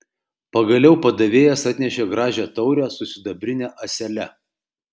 pagaliau padavėjas atnešė gražią taurę su sidabrine ąsele